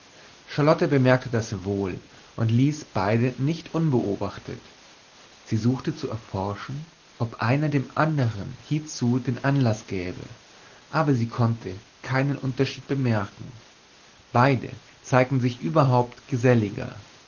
bemerkte das wohl und ließ beide nicht unbeobachtet sie suchte zu erforschen ob einer vor dem andern hiezu den anlaß gäbe aber sie konnte keinen unterschied bemerken beide zeigten sich überhaupt geselliger